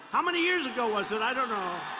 how many years ago was it? i don't know.